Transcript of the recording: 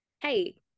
Hey